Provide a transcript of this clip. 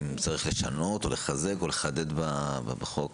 אם צריך לשנות או לחזק או לחדד בחוק.